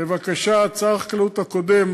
לבקשת שר החקלאות הקודם,